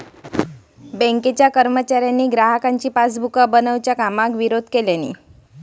बँकेच्या कर्मचाऱ्यांनी ग्राहकांची पासबुका बनवच्या कामाक विरोध केल्यानी